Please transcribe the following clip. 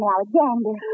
Alexander